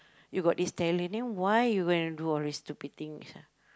you got this talent then why you go and do all these stupid things ah